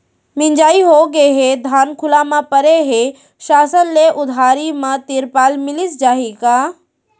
मिंजाई होगे हे, धान खुला म परे हे, शासन ले उधारी म तिरपाल मिलिस जाही का?